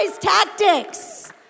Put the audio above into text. tactics